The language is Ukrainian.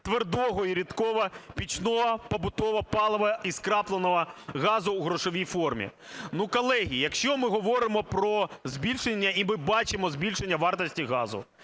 твердого і рідкого пічного побутового палива і скрапленого газу у грошовій формі. Колеги, якщо ми говоримо про збільшення, і ми бачимо збільшення вартості газу,